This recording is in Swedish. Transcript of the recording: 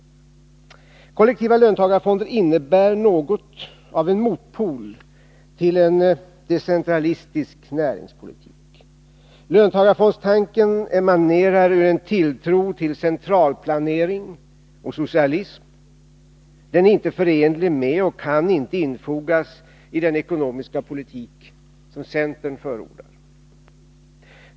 Kollektiva löntagarfonder innebär något av en motpol till en decentralistisk näringspolitik. Löntagarfondstanken emanerar ur en tilltro till centralplanering och socialism som inte är förenlig med och inte kan infogas i den ekonomiska politik som centern företräder.